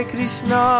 Krishna